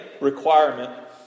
requirement